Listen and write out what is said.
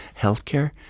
healthcare